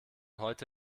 heute